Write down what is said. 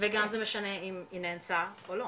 וגם זה משנה אם היא נאנסה או לא,